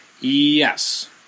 yes